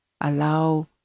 Allow